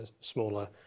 smaller